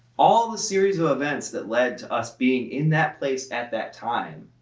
all the series of events that led to us being in that place at that time.